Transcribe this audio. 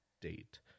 date